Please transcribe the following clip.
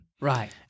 Right